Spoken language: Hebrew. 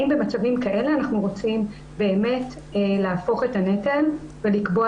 האם במצבים כאלה אנחנו רוצים באמת להפוך את הנטל ולקבוע